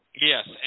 Yes